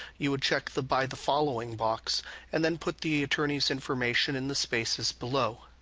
you would check the by the following box and then put the attorney s information in the spaces below.